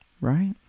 Right